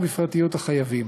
בפרטיות החייבים.